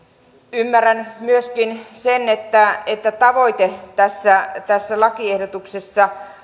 ymmärrän myöskin sen että että tavoite tässä tässä lakiehdotuksessa